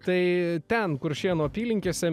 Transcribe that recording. tai ten kuršėnų apylinkėse